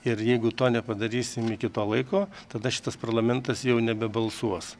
ir jeigu to nepadarysim iki to laiko tada šitas parlamentas jau nebebalsuos